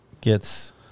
gets-